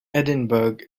edinburgh